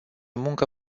muncă